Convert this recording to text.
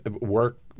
work